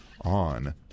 on